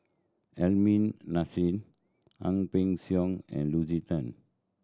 Aliman Hassan Ang Peng Siong and Lucy Tan